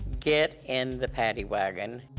get in the paddy wagon.